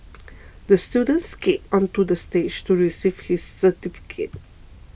the student skated onto the stage to receive his certificate